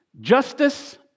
Justice